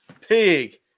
Pig